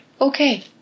Okay